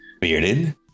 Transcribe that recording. bearded